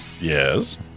Yes